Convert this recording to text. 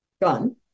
gun